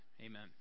Amen